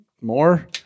more